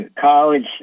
college